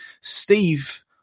Steve